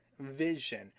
vision